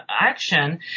action